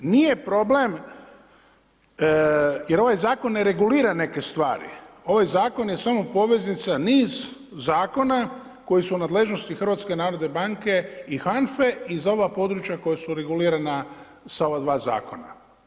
Nije problem jer ovaj zakon ne regulira neke stvari, ovaj zakon je samo poveznica niz zakona koji su u nadležnosti HNB-a i HANFA-e i za ova područja koja su regulirana sa ova dva zakona.